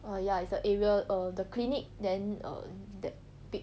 oh ya it's the area err the clinic then err that big